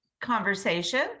conversation